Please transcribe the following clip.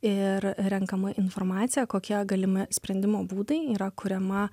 ir renkama informacija kokie galimi sprendimo būdai yra kuriama